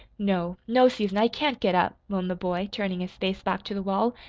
no, no, susan, i can't get up, moaned the boy turning his face back to the wall.